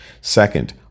Second